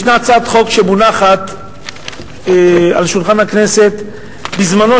ישנה הצעת חוק שהונחה על שולחן הכנסת בזמנו,